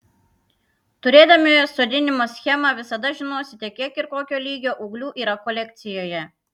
turėdami sodinimo schemą visada žinosite kiek ir kokio lygio ūglių yra kolekcijoje